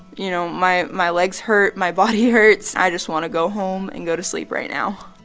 you know, my my legs hurt. my body hurts. i just want to go home and go to sleep right now